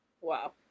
Wow